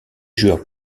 joueurs